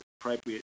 appropriate